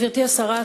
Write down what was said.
גברתי השרה,